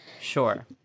Sure